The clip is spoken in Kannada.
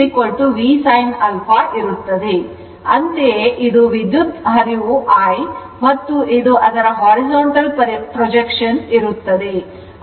ಅಂತೆಯೇ ಇದು ವಿದ್ಯುತ್ ಪ್ರವಾಹ I ಮತ್ತು ಇದು ಅದರ horizontal projection ಇರುತ್ತದೆ